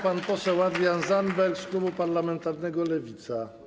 Pan poseł Adrian Zandberg z klubu parlamentarnego Lewica.